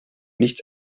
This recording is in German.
nichts